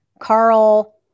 Carl